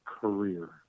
career